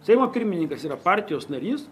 seimo pirmininkas yra partijos narys